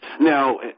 Now